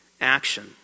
action